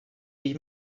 ell